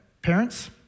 Parents